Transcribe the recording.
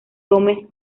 gómez